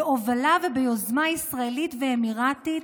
בהובלה וביוזמה ישראלית ואמירתית